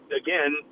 again